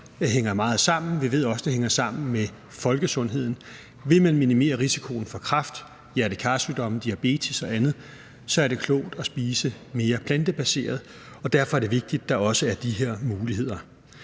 kost hænger meget sammen, og vi ved også, at det hænger sammen med folkesundheden. Vil man minimere risikoen for kræft, hjerte-kar-sygdomme, diabetes og andet, er det klogt at spise mere plantebaseret, og derfor er det vigtigt, at der også er de her muligheder.